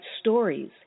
stories